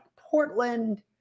Portland